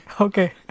okay